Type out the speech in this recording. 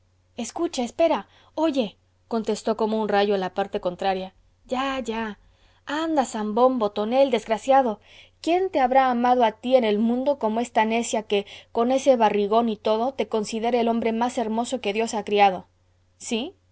escucha espera oye contestó como un rayo la parte contraria ya ya anda zambombo tonel desagradecido quién te habrá amado a ti en el mundo como esta necia que con ese barrigón y todo te considera el hombre más hermoso que dios ha criado sí